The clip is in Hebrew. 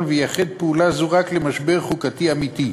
וייחד פעולה זו רק למשבר חוקתי אמיתי.